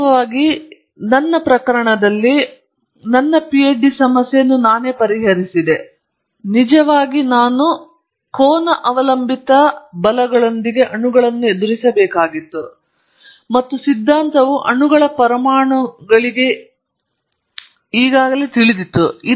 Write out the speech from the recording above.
ವಾಸ್ತವವಾಗಿ ನನ್ನ ಸ್ವಂತ ಪ್ರಕರಣದಲ್ಲಿ ನನ್ನ ಪಿಎಚ್ಡಿ ಸಮಸ್ಯೆ ನಾನು ಸಮಸ್ಯೆಯನ್ನು ಪರಿಹರಿಸಿದೆ ನಿಜವಾಗಿ ನಾನು ಕೋನ ಅವಲಂಬಿತ ಬಲಗಳೊಂದಿಗೆ ಅಣುಗಳನ್ನು ಎದುರಿಸಬೇಕಾಗಿತ್ತು ಮತ್ತು ಸಿದ್ಧಾಂತವು ಅಣುಗಳ ಪರಮಾಣು ಪರಮಾಣುಗಳಿಗೆ ಈಗಾಗಲೇ ತಿಳಿದಿತ್ತು